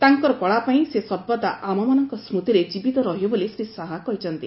ତାଙ୍କର କଳା ପାଇଁ ସେ ସର୍ବଦା ଆମମାନଙ୍କର ସ୍ତିରେ ଜୀବିତ ରହିବେ ବୋଲି ଶ୍ରୀ ଶାହା କହିଚ୍ଛନ୍ତି